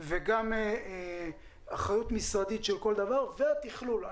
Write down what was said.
גם אחריות משרדית של כל דבר והתכלול.